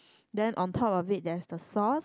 then on top of it there's the sauce